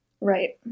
Right